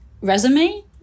resume